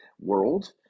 world